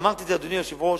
אדוני היושב-ראש,